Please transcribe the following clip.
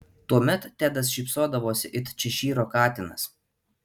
tuomet tedas šypsodavosi it češyro katinas